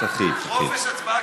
תתחיל, תתחיל.